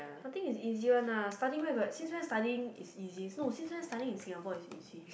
but nothing is easy one ah studying where got since when studying is easy no since when studying in Singapore is easy